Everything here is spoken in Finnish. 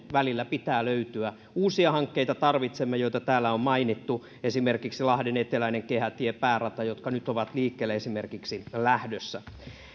välillä pitää löytyä uusia hankkeita tarvitsemme joita täällä on mainittu esimerkiksi lahden eteläinen kehätie päärata jotka nyt esimerkiksi ovat liikkeelle lähdössä